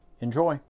enjoy